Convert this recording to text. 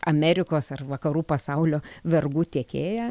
amerikos ar vakarų pasaulio vergų tiekėja